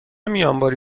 میانبری